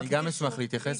גם אני אשמח להתייחס.